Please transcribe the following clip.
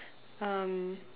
um